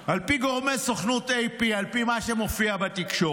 על פי גורמי סוכנות AP, על פי מה שמופיע בתקשורת,